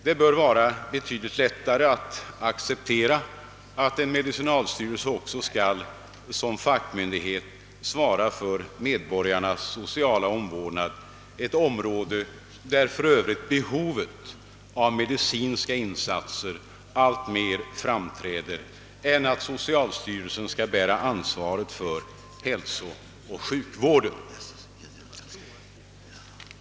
Det bör vara betydligt lättare att acceptera att en medicinalstyrelse också skall som fackmyndighet svara för medborgarnas sociala omvårdnad, ett område där för övrigt behovet av medicinska insatser alltmer framträder, än att socialstyrelsen skall bära ansvaret för hälsooch sjukvården.